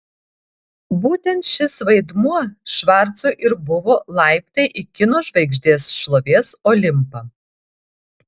būtent šis vaidmuo švarcui ir buvo laiptai į kino žvaigždės šlovės olimpą